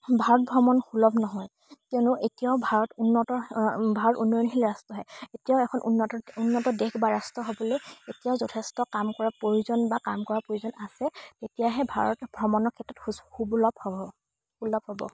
ভাৰত ভ্ৰমণ সুলভ নহয় কিয়নো এতিয়াও ভাৰত উন্নত ভাৰত উন্নয়নশীল ৰাষ্ট্ৰহে এতিয়াও এখন উন্নত উন্নত দেশ বা ৰাষ্ট্ৰ হ'বলৈ এতিয়াও যথেষ্ট কাম কৰাৰ প্ৰয়োজন বা কাম কৰাৰ প্ৰয়োজন আছে তেতিয়াহে ভাৰত ভ্ৰমণৰ ক্ষেত্ৰত সুবুলভ হ'ব সুলভ হ'ব